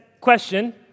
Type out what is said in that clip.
Question